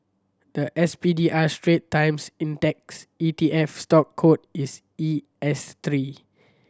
the S P D R Strait Times Index E T F stock code is E S three